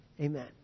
Amen